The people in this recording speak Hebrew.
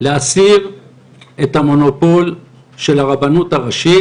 להסיר את המונופול של הרבנות הראשית,